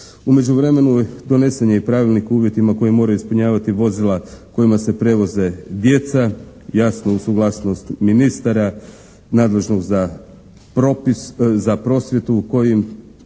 U međuvremenu donesen je i Pravilnik o uvjetima koje moraju ispunjavati vozila kojima se prevoze djeca. Jasno uz suglasnost ministara nadležnog za prosvjetu kojim